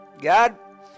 God